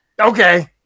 okay